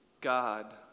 God